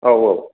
औ औ